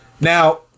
Now